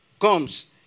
comes